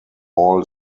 all